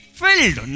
filled